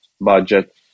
budget